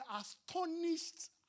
astonished